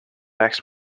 next